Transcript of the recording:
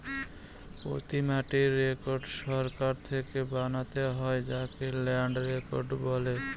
প্রতি মাটির রেকর্ড সরকার থেকে বানাতে হয় যাকে ল্যান্ড রেকর্ড বলে